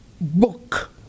book